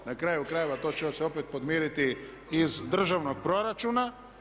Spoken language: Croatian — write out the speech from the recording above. Na kraju krajeva to će se opet podmiriti iz državnog proračuna.